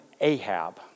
Ahab